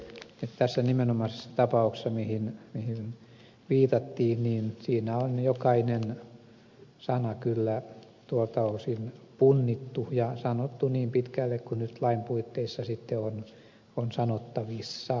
tässä nimenomaisessa tapauksessa mihin viitattiin on jokainen sana kyllä tuolta osin punnittu ja sanottu niin pitkälle kuin lain puitteissa on sanottavissa